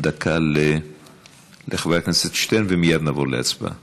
דקה לחבר הכנסת שטרן ומייד נעבור להצבעה.